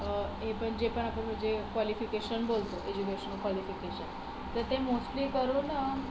हे पण जे पण आपण जे क्वालिफिकेशन बोलतो एज्युकेशनल क्वालिफिकेशन तर ते मोस्टली करून